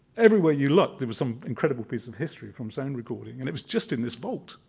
everywhere you looked there was some incredible piece of history from sound recording, and it was just in this vault,